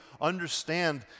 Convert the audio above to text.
understand